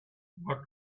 what